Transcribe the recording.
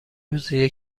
روزیه